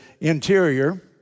interior